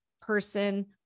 person